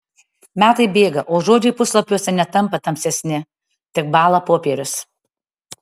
metai bėga o žodžiai puslapiuose netampa tamsesni tik bąla popierius